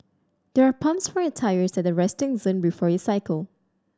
there are pumps for your tyres at the resting zone before you cycle